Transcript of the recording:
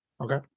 Okay